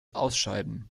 ausscheiden